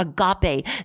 agape